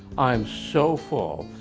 i'm so full,